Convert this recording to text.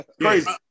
Crazy